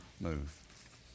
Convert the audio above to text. move